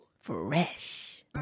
Fresh